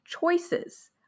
choices